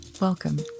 Welcome